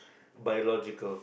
biological